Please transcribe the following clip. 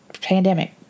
pandemic